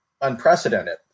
unprecedented